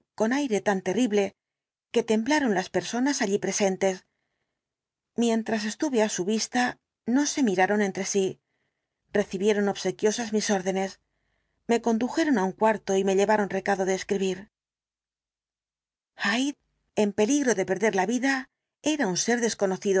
con aire tan terrible que temblaron las personas allí presentes mientras estuve á su vista no se miraron entre sí recibieron obsequiosas mis órdenes me condujeron á un cuarto y me llevaron recado de escribir hyde en peligro de perder la vida era un ser desconocido